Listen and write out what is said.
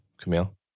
Camille